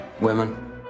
Women